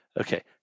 Okay